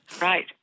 right